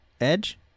Edge